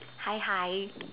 hi hi